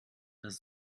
das